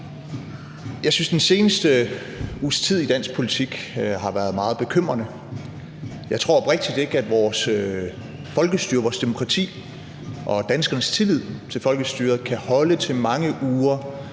Jeg synes, at den sidste uges tid i dansk politik har været meget bekymrende. Jeg tror oprigtigt ikke, at vores folkestyre, vores demokrati og danskernes tillid til folkestyret kan holde til mange uger